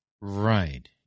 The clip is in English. Right